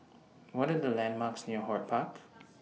What Are The landmarks near HortPark